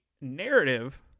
narrative